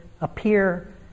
appear